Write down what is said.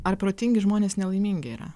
ar protingi žmonės nelaimingi yra